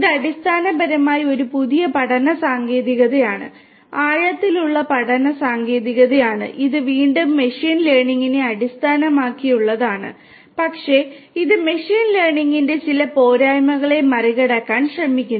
ഇത് അടിസ്ഥാനപരമായി ഒരു പുതിയ പഠന സാങ്കേതികതയാണ് ആഴത്തിലുള്ള പഠന സാങ്കേതികതയാണ് ഇത് വീണ്ടും മെഷീൻ ലേണിംഗിനെ അടിസ്ഥാനമാക്കിയുള്ളതാണ് പക്ഷേ ഇത് മെഷീൻ ലേണിംഗിന്റെ ചില പോരായ്മകളെ മറികടക്കാൻ ശ്രമിക്കുന്നു